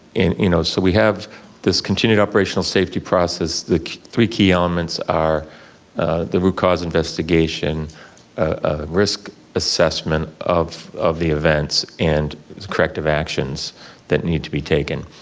you know so we have this continued operational safety process, the three key elements are the root cause investigation ah risk assessment of of the events and corrective actions that need to be taken.